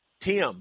Tim